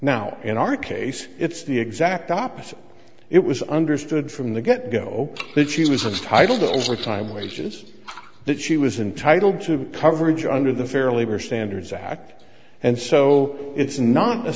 now in our case it's the exact opposite it was understood from the get go that she was titled overtime wages that she was entitle to coverage under the fair labor standards act and so it's not a